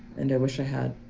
and i wish i had.